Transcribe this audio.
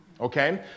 Okay